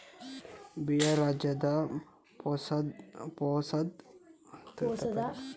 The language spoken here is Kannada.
ಬಿಹಾರ್ ರಾಜ್ಯದ ಪೂಸಾದ ಇಂಪಿರಿಯಲ್ ಅಗ್ರಿಕಲ್ಚರಲ್ ರಿಸರ್ಚ್ ಇನ್ಸ್ಟಿಟ್ಯೂಟ್ ನಲ್ಲಿ ಪ್ಲಂಟ್ ಪತೋಲಜಿ ವಿಭಾಗವಿದೆ